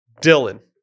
Dylan